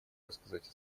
рассказать